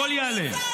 הכול יעלה,